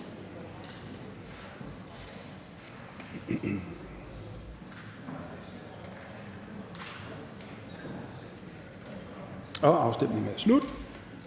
Afstemningen er slut.